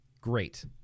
Great